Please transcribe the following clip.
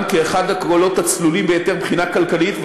גם כאחד הקולות הצלולים ביותר מבחינה כלכלית,